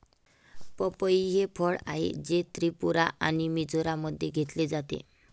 पपई हे फळ आहे, जे त्रिपुरा आणि मिझोराममध्ये घेतले जाते